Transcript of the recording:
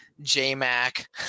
J-Mac –